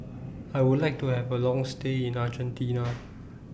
I Would like to Have A Long stay in Argentina